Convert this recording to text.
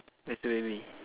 where's